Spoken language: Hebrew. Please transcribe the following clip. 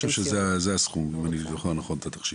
אני חושב שזה הסכום אם אני זוכר נכון את התחשיב.